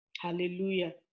Hallelujah